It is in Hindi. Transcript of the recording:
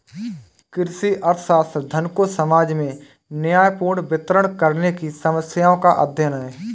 कृषि अर्थशास्त्र, धन को समाज में न्यायपूर्ण वितरण करने की समस्याओं का अध्ययन है